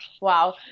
Wow